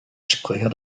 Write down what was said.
sprecher